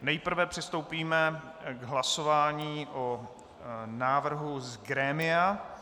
Nejprve přistoupíme k hlasování o návrhu z grémia.